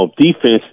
defense